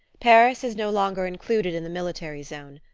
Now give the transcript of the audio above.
paris is no longer included in the military zone,